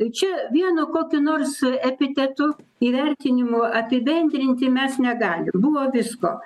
čia vieno kokio nors epitetu įvertinimo apibendrinti mes negalim buvo visko